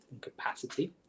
capacity